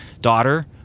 daughter